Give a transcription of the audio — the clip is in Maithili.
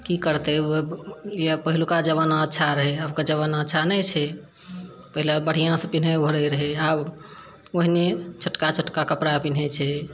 की करतै इहए पहिलुका जबाना अच्छा रहै आबकऽ जबाना अच्छा नहि छै पहिले बढ़िआँसँ पिनहै ओढ़ै रहै आब ओहिने छोटका छोटका कपड़ा पिनहै छै